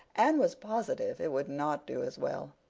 anne was positive it would not do as well.